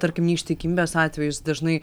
tarkim neištikimybės atvejus dažnai